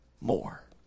more